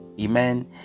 Amen